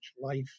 Life